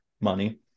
money